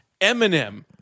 Eminem